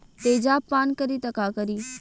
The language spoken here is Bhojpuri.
तेजाब पान करी त का करी?